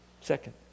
Second